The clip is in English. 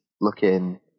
looking